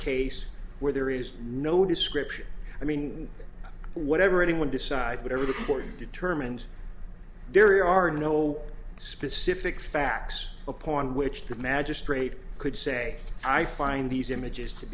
case where there is no description i mean whatever anyone decide whatever the court determines there are no specific facts upon which the magistrate could say i find these images to